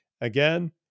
again